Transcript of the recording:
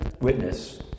witness